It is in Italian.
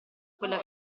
quella